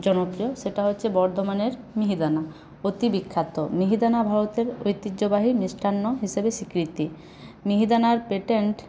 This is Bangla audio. জনপ্রিয় সেটা হচ্ছে বর্ধমানের মিহিদানা অতি বিখ্যাত মিহিদানা ভারতের ঐতিহ্যবাহী মিষ্টান্ন হিসাবে স্বীকৃতি মিহিদানার পেটেন্ট